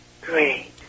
Great